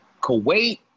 Kuwait